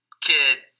kid